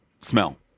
smell